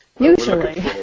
Usually